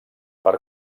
per